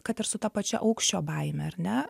kad ir su ta pačia aukščio baime ar ne